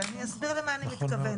ואני אסביר למה אני מתכוונת.